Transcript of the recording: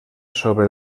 sobre